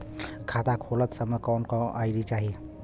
खाता खोलत समय कौन आई.डी चाही?